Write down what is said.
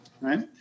right